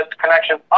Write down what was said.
connection